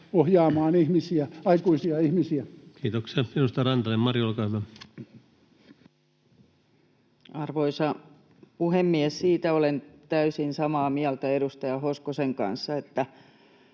ohjaamaan aikuisia ihmisiä. Kiitoksia. — Edustaja Rantanen, Mari, olkaa hyvä. Arvoisa puhemies! Siitä olen täysin samaa mieltä edustaja Hoskosen kanssa, että